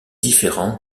différent